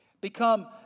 Become